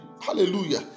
Hallelujah